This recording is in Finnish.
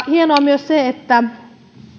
hienoa on myös se että